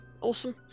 Awesome